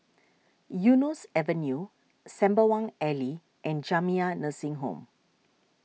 Eunos Avenue Sembawang Alley and Jamiyah Nursing Home